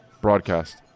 Broadcast